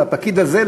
לפקיד הזה,